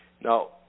Now